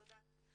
תודה.